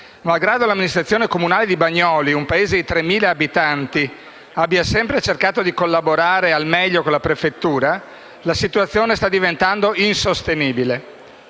Malgrado l’amministrazione comunale di Bagnoli di Sopra - un paese di tremila abitanti - abbia sempre cercato di collaborare al meglio con la prefettura, la situazione sta diventando insostenibile.